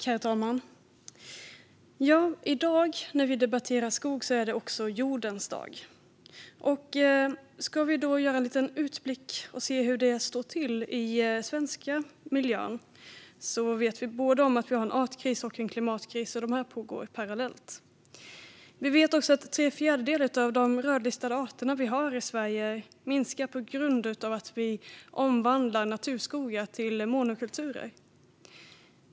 Herr talman! I dag, när vi debatterar skog, är det också jordens dag. Låt oss då göra en liten utblick och se hur det står till i den svenska miljön. Vi vet att vi har både en artkris och en klimatkris. Och de här pågår parallellt. Vi vet att tre fjärdedelar av de rödlistade arter vi har i Sverige minskar på grund av att vi omvandlar naturskogar till monokulturer.